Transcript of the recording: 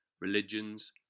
religions